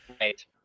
Right